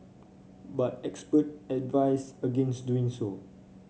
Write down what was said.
but expert advise against doing so